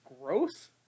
gross